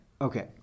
Okay